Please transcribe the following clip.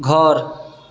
घर